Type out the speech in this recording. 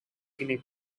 picnic